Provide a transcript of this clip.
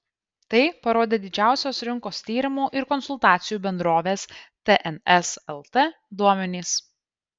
tai parodė didžiausios rinkos tyrimų ir konsultacijų bendrovės tns lt duomenys